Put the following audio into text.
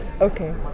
Okay